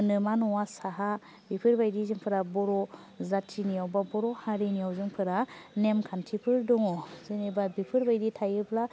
नोमा न'आ साहा बेफोर बायदि जोंफोरा बर' जाथिनियाव बा बर' हारिनियाव जोंफोरा नेमखान्थिफोर दङ जेनेबा बेफोरबायदि थायोब्ला